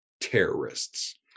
terrorists